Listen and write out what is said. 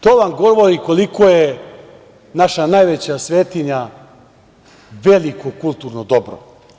To vam govori koliko je naša najveća svetinja veliko kulturno dobro.